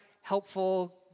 helpful